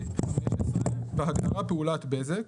(15) "בהגדרה "פעולת בזק",